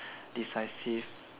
decisive